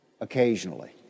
Occasionally